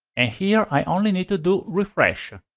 and here i only need to do refresh.